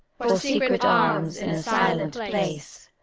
for secret arms in a silent place,